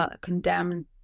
condemn